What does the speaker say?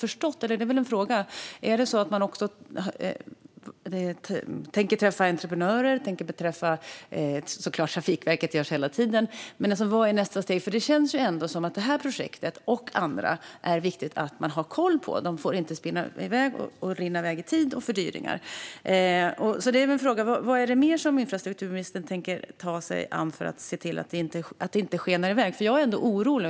Trafikverket träffar man såklart hela tiden, men tänker man också träffa entreprenörer? Vad är nästa steg? Det känns ändå som att det är viktigt att ha koll på det här projektet och andra projekt så att de inte springer iväg i tid och fördyringar. Jag har en fråga: Vad är det mer som infrastrukturministern tänker ta sig an för att se till att det inte skenar iväg? Jag är ändå orolig.